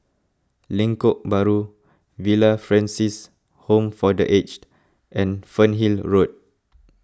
Lengkok Bahru Villa Francis Home for the Aged and Fernhill Road